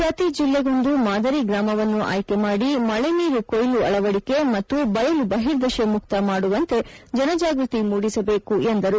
ಪ್ರತಿ ಜಿಲ್ಲೆಗೊಂದು ಮಾದರಿ ಗ್ರಾಮವನ್ನು ಆಯ್ಕೆ ಮಾಡಿ ಮಳೆ ನೀರು ಕೊಯ್ಲು ಅಳವಡಿಕೆ ಮತ್ತು ಬಯಲು ಬಹಿರ್ದೆಷೆ ಮುಕ್ತ ಮಾಡುವಂತೆ ಜನಜಾಗೃತಿ ಮೂಡಿಸಬೇಕು ಎಂದರು